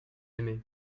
aimé